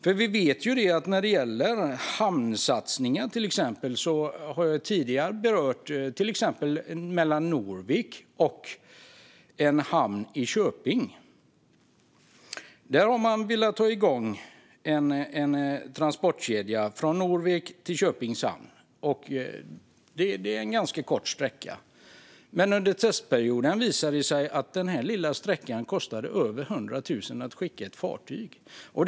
Jag har tidigare berört satsningen på en transportkedja mellan hamnen i Norvik och hamnen i Köping. Det är en ganska kort sträcka. Men under testperioden visade det sig att det kostade över 100 000 kronor att skicka ett fartyg denna lilla sträcka.